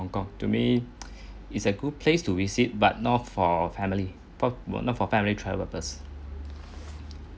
hong kong to me is a good place to visit but not for family for not for family travel per se